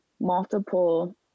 multiple